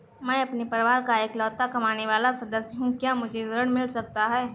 मैं अपने परिवार का इकलौता कमाने वाला सदस्य हूँ क्या मुझे ऋण मिल सकता है?